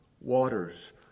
waters